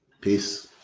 Peace